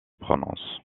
prononcent